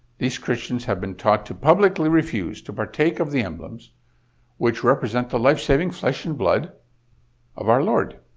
these christians have been taught to publicly refuse to partake of the emblems which represent the life-saving flesh and blood of our lord.